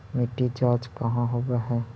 मिट्टी जाँच कहाँ होव है?